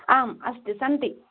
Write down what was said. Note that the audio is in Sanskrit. आम् अस्ति सन्ति